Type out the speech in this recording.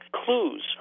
clues